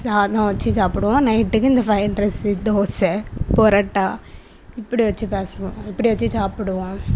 சாதம் வச்சு சாப்பிடுவோம் நைட்டுக்கு இந்த ஃப்ரைட் ரைஸ்ஸு தோசை புரோட்டா இப்படி வச்சு பேசுவோம் இப்படி வச்சு சாப்பிடுவோம்